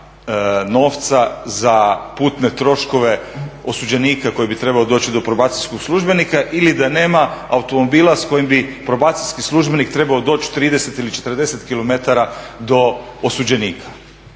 novca za putne troškove osuđenika koji bi trebao doći do probacijskog službenika ili da nema automobila s kojim bi probacijski službenik trebao doći 30 ili 40 kilometara do osuđenika.